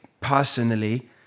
personally